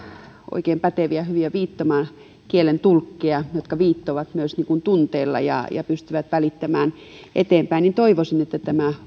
oikein päteviä hyviä viittomakielen tulkkeja jotka viittovat myös tunteella ja ja pystyvät välittämään sitä eteenpäin niin toivoisi että tämä